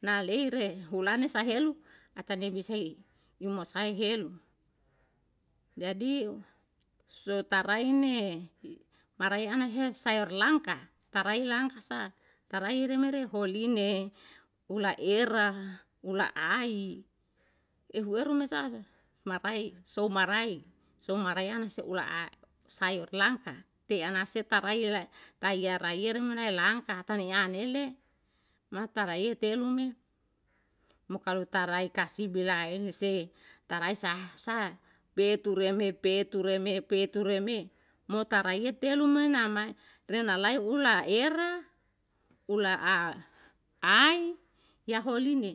Na leire hunale sahelu atalebisei imo sai helu jadi sutarai ne marae ana hea sayur langka tarai langka tarai remere holine ula era ula ai ehu eru mesa marai sou marai, sou marai ana se ula sayur langka te ana se tarai tai ya rai ya reme muna langka hata leyalene mata raiya telume mo kalu tarai kasibi lain se taraisa sa be tureme pe tureme pe tureme mo taraiya telume namae renalae ula era ula ai yaholine